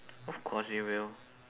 of course they will